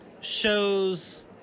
shows